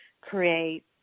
create